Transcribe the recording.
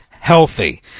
Healthy